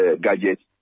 gadgets